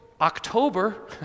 October